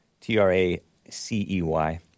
T-R-A-C-E-Y